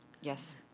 Yes